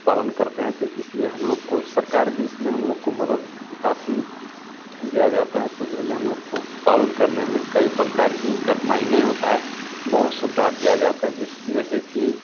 पालन करते हैं तो इसलिए हम लोग को सरकार भी इसमें हम लोग को मदद काफी दिया जाता है तो इसलिए हम लोग को पालन करने में कई प्रकार की कठिनाई नहीं होती है बहुत सुविधा दिया जाता है जिस जैसे कि